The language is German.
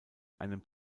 einem